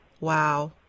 Wow